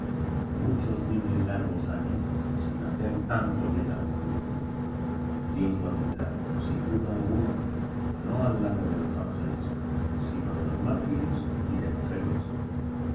muchos viven largos años sin hacer tanto bien al mundo dios lo tendrá sin duda alguna no al lado de los ángeles sino de los mártires y de los héroes